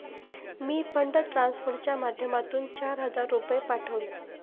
मी fund ट्रान्सफरच्या माध्यमातून चार हजार रुपये पाठवले